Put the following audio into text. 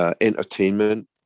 entertainment